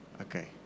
Okay